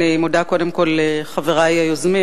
אני מודה קודם כול לחברי היוזמים,